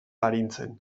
arintzen